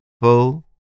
full